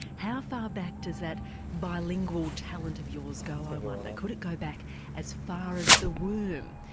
how far back does that bilingual talent of yours go i wonder? could it go back as far as the womb?